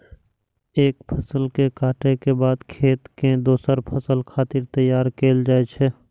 एक फसल के कटाइ के बाद खेत कें दोसर फसल खातिर तैयार कैल जाइ छै